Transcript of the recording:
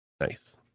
nice